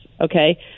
Okay